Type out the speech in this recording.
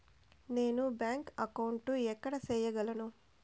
నేను bank account ఎక్కడ సేయగలను